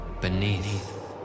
beneath